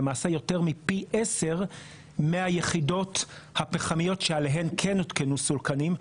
יותר מפי 10 מהיחידות הפחמיות שעליהן כן הותקנו סולקנים,